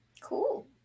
cool